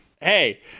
hey